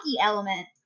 element